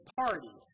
party